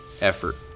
effort